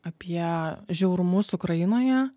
apie žiaurumus ukrainoje